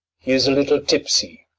he is a little tipsy.